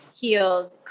healed